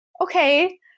okay